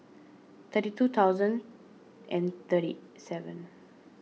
thirty two thousand and thirty seven